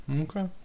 Okay